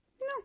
no